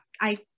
I-